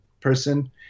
person